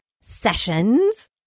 sessions